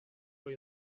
ohi